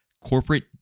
Corporate